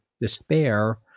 despair